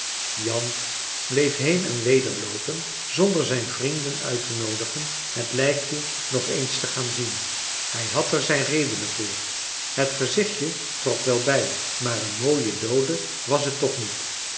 jan bleef heen en weder loopen zonder zijn vrienden uittenoodigen het lijkje nog eens te gaan zien hij had er zijn redenen voor het gezichtje trok wel bij maar een mooie doode was t toch niet